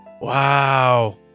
Wow